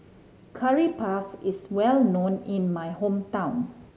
Curry Puff is well known in my hometown